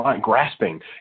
grasping